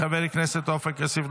חבר הכנסת עופר כסיף,